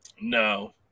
No